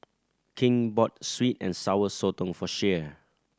King bought sweet and Sour Sotong for Shea